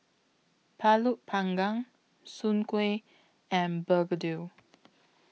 Pulut Panggang Soon Kuih and Begedil